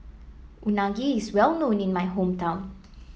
Unagi is well known in my hometown